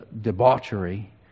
debauchery